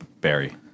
Barry